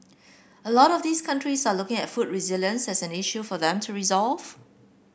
a lot of these countries are looking at food resilience as an issue for them to resolve